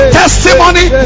testimony